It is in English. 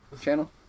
channel